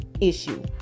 issue